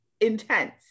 Intense